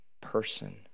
person